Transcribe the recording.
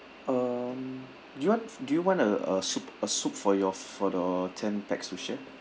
um do you want do you want uh a soup a soup for your for the ten pax to share